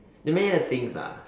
there are many other things lah